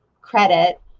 credit